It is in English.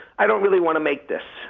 i don't really want to make this.